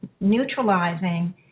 neutralizing